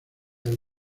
del